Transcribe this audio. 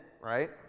right